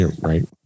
Right